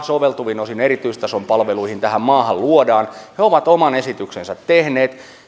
soveltuvin osin erityistason palveluihin tähän maahan luodaan on oman esityksensä tehnyt